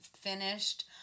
finished